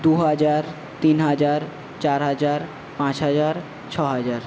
দু হাজার তিন হাজার চার হাজার পাঁচ হাজার ছ হাজার